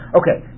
okay